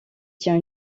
tient